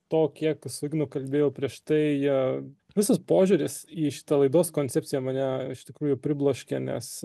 to kiek su ignu kalbėjau prieš tai jie visas požiūris į šitą laidos koncepciją mane iš tikrųjų pribloškė nes